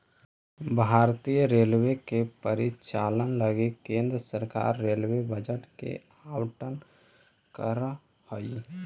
भारतीय रेलवे के परिचालन लगी केंद्र सरकार रेलवे बजट के आवंटन करऽ हई